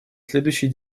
следующий